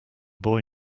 boy